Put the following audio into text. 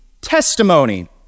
testimony